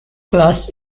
class